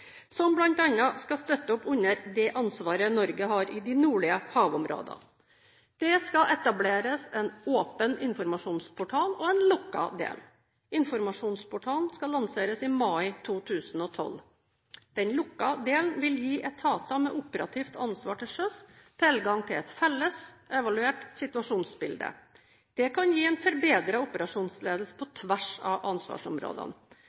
som bl.a. skal støtte opp under det ansvaret Norge har i de nordlige havområdene. Det skal etableres en åpen informasjonsportal og en lukket del. Informasjonsportalen skal lanseres i mai 2012. Den lukkede delen vil gi etater med operativt ansvar til sjøs tilgang til et felles, evaluert situasjonsbilde. Det kan gi en forbedret operasjonsledelse på tvers av ansvarsområdene.